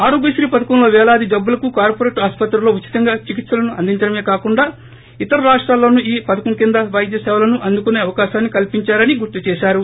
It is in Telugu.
ఈ పథకంలో పేలాది జబ్బులకు కార్పొరేట్ ఆస్పత్రులలో ఉచితంగా చికిత్సలను అందించడమే కాకుండా ఇతర రాష్టాలలోనూ ఆరోగ్యశ్రీ పథకం కింద వైద్య సేవలను అందుకుసే అవకాశాన్ని కల్పించారని గుర్తు చేసారు